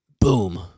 boom